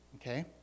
okay